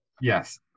Yes